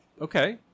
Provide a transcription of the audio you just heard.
Okay